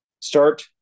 Start